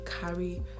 carry